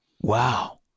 Wow